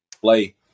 play